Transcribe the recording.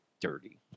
dirty